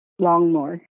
Longmore